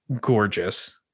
Gorgeous